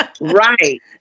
Right